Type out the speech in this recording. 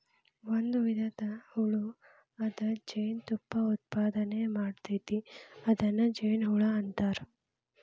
ಒಂದು ವಿಧದ ಹುಳು ಅದ ಜೇನತುಪ್ಪಾ ಉತ್ಪಾದನೆ ಮಾಡ್ತತಿ ಅದನ್ನ ಜೇನುಹುಳಾ ಅಂತಾರ